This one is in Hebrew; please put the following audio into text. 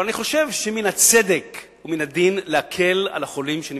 אבל אני חושב שמן הצדק ומן הדין להקל על החולים ובני משפחותיהם,